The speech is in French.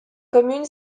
commune